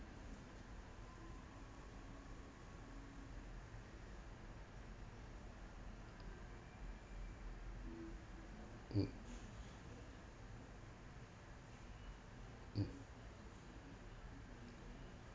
mm mm